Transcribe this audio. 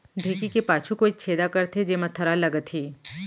ढेंकी के पाछू कोइत छेदा करथे, जेमा थरा लगथे